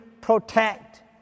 protect